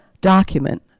document